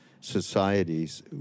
societies